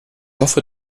hoffe